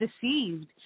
deceived